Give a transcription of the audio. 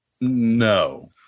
No